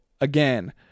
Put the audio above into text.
again